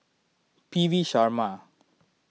P V Sharma